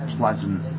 pleasant